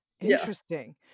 Interesting